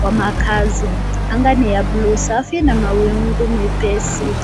wa makazi. Anga ni ya bluu safi na mawingu mepesi.